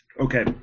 okay